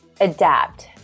adapt